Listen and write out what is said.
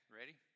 ready